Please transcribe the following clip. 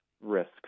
risks